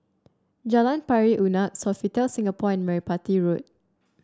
Jalan Pari Unak Sofitel Singapore and Merpati Road